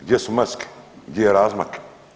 Gdje su maske, gdje je razmak?